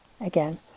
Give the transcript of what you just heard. again